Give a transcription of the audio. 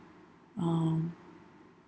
um